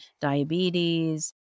diabetes